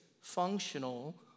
functional